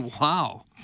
Wow